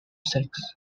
sex